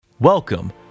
Welcome